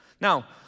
Now